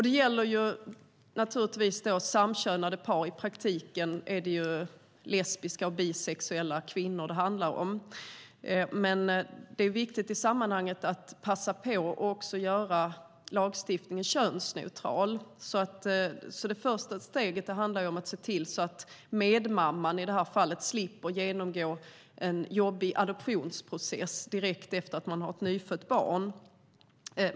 Det gäller samkönade par. I praktiken handlar det om lesbiska och bisexuella kvinnor. Det är också viktigt att passa på och göra lagstiftningen könsneutral. Det första steget handlar om att se till att medmamman, i det här fallet, slipper genomgå en jobbig adoptionsprocess direkt efter att ha fått ett nyfött barn.